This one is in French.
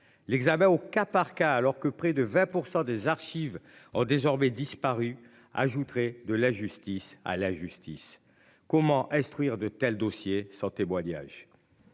L'examen au cas par cas, alors que près de 20% des archives ont désormais disparu ajouterait de la justice à la justice. Comment instruire de tels dossiers. Son témoignage.